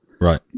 right